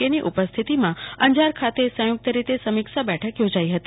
કેની ઉપસ્થિતિમાં અંજાર ખાતે સંયુક્ત રીતે સમીક્ષા બેઠક યોજાઈ હતી